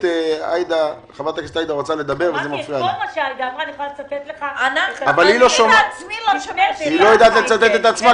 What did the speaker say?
יודעת שאנחנו מטפלים בזה יחד,